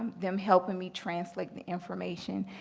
them helping me translate the information.